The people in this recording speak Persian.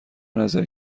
نظر